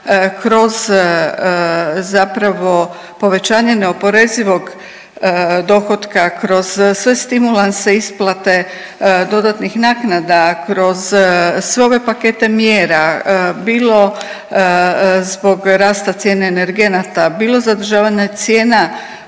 kroz zapravo povećanje neoporezivog dohotka, kroz sve stimulanse isplate dodatnih naknada, kroz sve ove pakete mjera bilo zbog rasta cijene energenata, bilo zadržavanja cijena